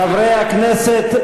חברי הכנסת,